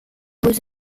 beaux